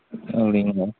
அப்படிங்களா